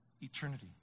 eternity